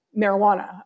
marijuana